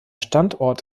standort